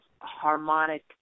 harmonic